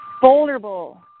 vulnerable